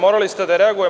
Morali ste da reagujete.